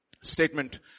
statement